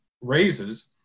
raises